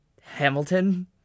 Hamilton